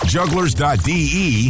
Jugglers.de